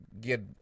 get